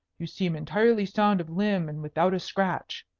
you seem entirely sound of limb and without a scratch.